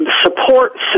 support